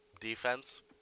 defense